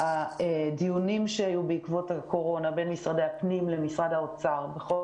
הדיונים שהיו בעקבות הקורונה בין משרדי הפנים למשרד האוצר בכל